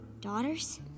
daughters